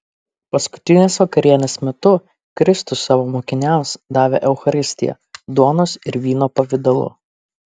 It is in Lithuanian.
paskutinės vakarienės metu kristus savo mokiniams davė eucharistiją duonos ir vyno pavidalu